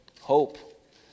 hope